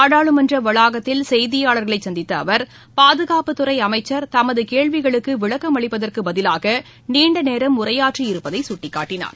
நாடாளுமன்ற வளாகத்தில் செய்தியாளர்களை சந்தித்த அவர் பாதுகாப்புத்துறை அமைச்சர் தமது கேள்விகளுக்கு விளக்கம் அளிப்பதற்கு பதிலாக நீண்டநேரம் உரையாற்றியிருப்பதை சுட்டிக்காட்டினார்